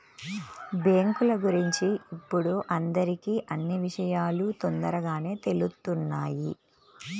బ్యేంకుల గురించి ఇప్పుడు అందరికీ అన్నీ విషయాలూ తొందరగానే తెలుత్తున్నాయి